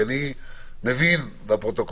אני מבין, וזה נרשם בפרוטוקול,